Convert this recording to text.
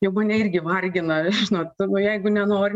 jau mane irgi vargina nu tu jeigu nenori